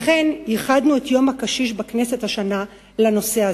לכן ייחדנו את יום הקשיש בכנסת השנה לנושא זה.